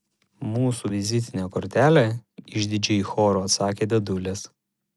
mūsų vizitinė kortelė išdidžiai choru atsakė dėdulės